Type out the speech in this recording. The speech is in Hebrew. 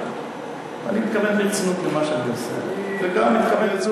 אני מתכוון ברצינות למה שאני עושה וגם מקבל עצות,